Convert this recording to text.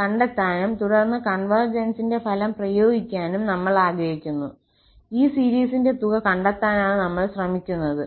കണ്ടെത്താനും തുടർന്ന് കോൺവെർജന്സിന്റെ ഫലം പ്രയോഗിക്കാനും നമ്മൾ ആഗ്രഹിക്കുന്നു ഈ സീരിസിന്റെ തുക കണ്ടെത്താനാണ് നമ്മൾ ശ്രമിക്കുന്നത്